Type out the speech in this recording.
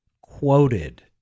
quoted